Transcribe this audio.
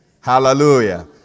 Hallelujah